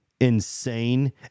insane